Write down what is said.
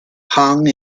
hung